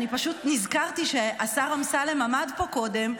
אני פשוט נזכרתי שהשר אמסלם עמד פה קודם,